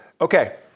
Okay